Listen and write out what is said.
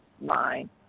line